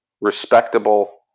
respectable